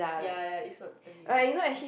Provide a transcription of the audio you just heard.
ya ya it's not uneven